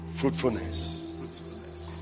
fruitfulness